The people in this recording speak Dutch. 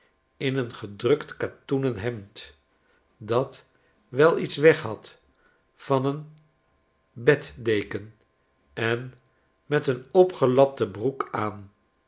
in een gedrukt katoenen hemd dat wel iets weghad van een beddeken en met een opgelapte broek aan